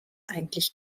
eigentlich